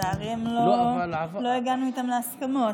ולצערי לא הגענו איתם להסכמות.